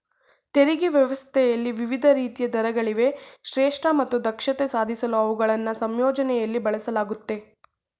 ತೆರಿಗೆ ವ್ಯವಸ್ಥೆಯಲ್ಲಿ ವಿವಿಧ ರೀತಿಯ ದರಗಳಿವೆ ಶ್ರೇಷ್ಠ ಮತ್ತು ದಕ್ಷತೆ ಸಾಧಿಸಲು ಅವುಗಳನ್ನ ಸಂಯೋಜನೆಯಲ್ಲಿ ಬಳಸಲಾಗುತ್ತೆ